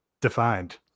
defined